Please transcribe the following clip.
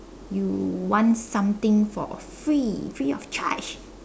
you want something for free free of charge